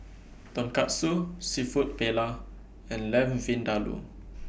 Tonkatsu Seafood Paella and Lamb Vindaloo